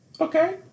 Okay